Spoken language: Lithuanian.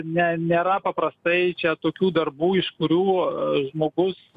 ne nėra paprastai čia tokių darbų iš kurių žmogus